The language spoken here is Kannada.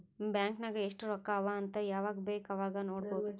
ಬ್ಯಾಂಕ್ ನಾಗ್ ಎಸ್ಟ್ ರೊಕ್ಕಾ ಅವಾ ಅಂತ್ ಯವಾಗ ಬೇಕ್ ಅವಾಗ ನೋಡಬೋದ್